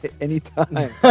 Anytime